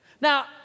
Now